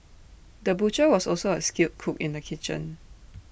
the butcher was also A skilled cook in the kitchen